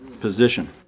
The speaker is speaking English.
position